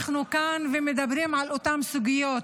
ומדברים על אותן סוגיות,